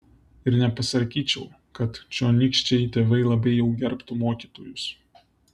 ir nepasakyčiau kad čionykščiai tėvai labai jau gerbtų mokytojus